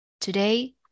Today